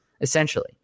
essentially